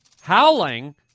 Howling